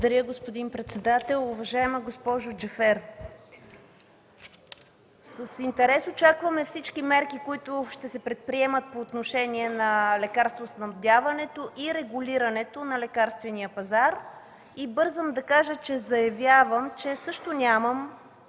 Благодаря, господин председател. Уважаема госпожо Джафер, с интерес очакваме всички мерки, които ще се предприемат по отношение на лекарствоснабдяването и регулирането на лекарствения пазар. Бързам да заявя, че също нямам,